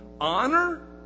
honor